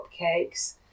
cupcakes